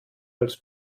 als